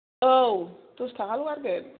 औ दस थाखाल' गारगोन